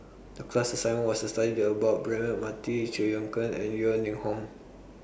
The class assignment was to study The about Braema Mathi Chew Choo Keng and Yeo Ning Hong